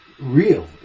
real